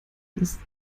ist